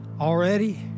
already